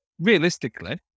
realistically